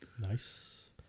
Nice